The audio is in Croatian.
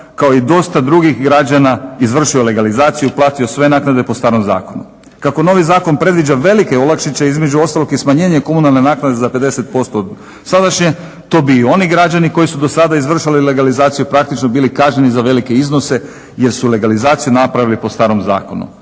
kao i dosta drugih građana izvršio legalizaciju, platio sve naknade po starom zakonu. Kako novi zakon predviđa velike olakšice, između ostalog i smanjenje komunalne naknade za 50% od sadašnje to bi i oni građani koji su do sada izvršili legalizaciju praktično bili kažnjeni za velike iznose jer su legalizaciju napravili po starom zakonu.